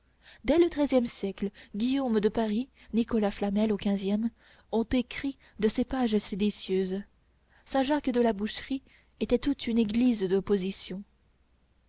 dès le treizième siècle guillaume de paris nicolas flamel au quinzième ont écrit de ces pages séditieuses saint jacques de la boucherie était toute une église d'opposition